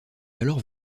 alors